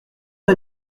est